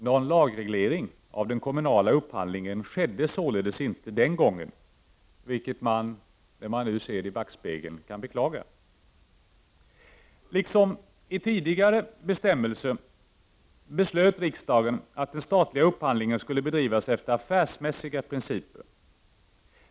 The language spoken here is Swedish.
Någon lagreglering av den kommunala upphandlingen skedde således inte den gången, vilket man, när man nu ser i backspegeln, kan beklaga. Liksom i tidigare bestämmelser beslöt riksdagen att den statliga upphandlingen skulle bedrivas efter affärsmässiga principer.